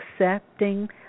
accepting